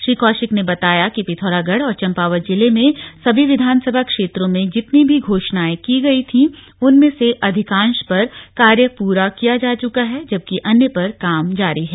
श्री कौशिक ने बताया कि पिथौरागढ़ और चंपावत जिले में सभी विधानसभा क्षेत्रों में जितनी भी घोषणाएं की गई थीं उनमें से अधिकांश पर कार्य पूरा किया जा चुका है जबकि अन्य पर काम जारी है